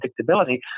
predictability